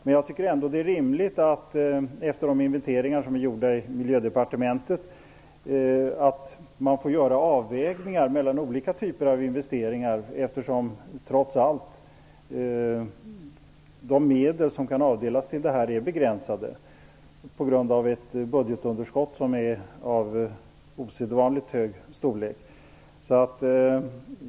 Men jag anser ändå att det är rimligt, efter de inventeringar som har gjorts i Miljödepartementet, att göra avvägningar mellan olika typer av investeringar, eftersom de medel som kan avdelas till detta trots allt är begränsade på grund av ett budgetunderskott som är av osedvanlig storlek.